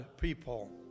people